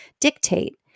dictate